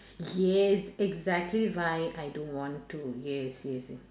yes exactly why I don't want to yes yes